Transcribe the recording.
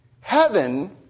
Heaven